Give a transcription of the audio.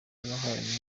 yabahaye